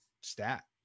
stat